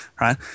right